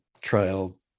trial